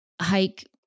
hike